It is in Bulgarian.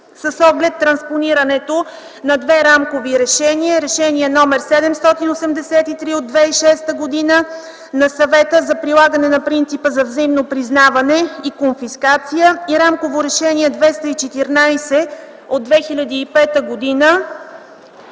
с оглед транспонирането на две рамкови решения: Решение № 783 от 2006 г. на Съвета за прилагане на принципа на взаимно признаване и конфискация и Рамково решение № 214 от 2005 г.